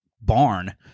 barn